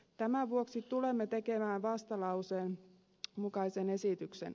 tämän vuoksi tulemme tekemään vastalauseen mukaisen esityksen